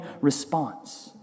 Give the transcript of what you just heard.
response